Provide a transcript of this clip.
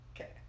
Okay